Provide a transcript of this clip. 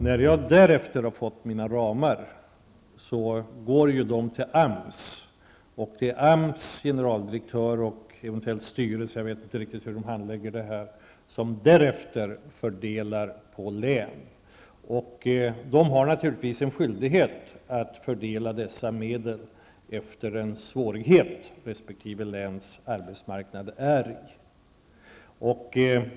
När jag sedan har fått mina medelsramar är det AMS generaldirektör och eventuellt styrelse -- jag vet inte riktigt hur de handlägger det -- som fördelar medlen på län. De har naturligtvis en skyldighet att fördela dessa medel med hänsyn till vilka svårigheter resp. läns arbetsmarknad befinner sig i.